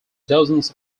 dozens